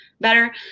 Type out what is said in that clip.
better